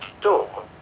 door